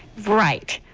right,